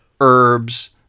herbs